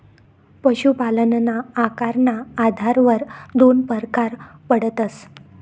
पशुपालनना आकारना आधारवर दोन परकार पडतस